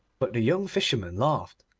but the young fisherman laughed.